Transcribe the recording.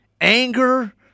anger